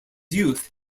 youth